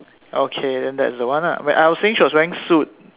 okay then that's the one lah I was saying she was wearing suit